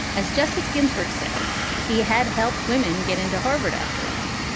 as justice ginsburg says he had helped women get into harvard after all.